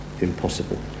impossible